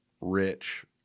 rich